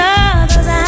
other's